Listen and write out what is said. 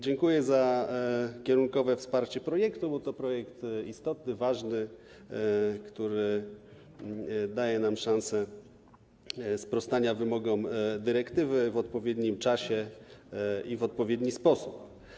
Dziękuję za kierunkowe wsparcie projektu, bo to projekt istotny, ważny, który daje nam szansę sprostania wymogom dyrektywy w odpowiednim czasie i w odpowiedni sposób.